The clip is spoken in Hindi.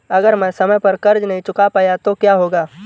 अगर मैं समय पर कर्ज़ नहीं चुका पाया तो क्या होगा?